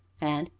and,